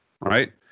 right